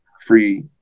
free